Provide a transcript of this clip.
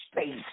Space